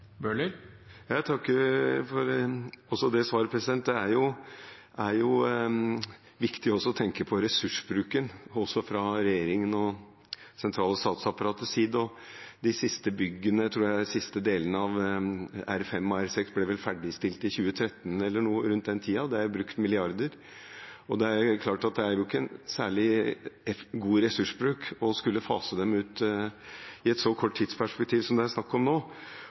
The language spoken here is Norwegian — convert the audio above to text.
Jeg takker for også det svaret. Det er viktig også å tenke på ressursbruken fra regjeringens og det sentrale statsapparatets side, og de siste byggene, de siste delene av R5 og R6, ble vel ferdigstilt i 2013 – eller rundt den tiden. Det er brukt milliarder. Det er klart at det er ikke særlig god ressursbruk å skulle fase dem ut i et så kort tidsperspektiv som det er snakk om nå.